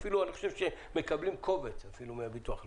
ואפילו מקבלים קובץ מביטוח לאומי.